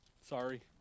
Sorry